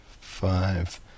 five